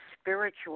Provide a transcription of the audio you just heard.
spiritual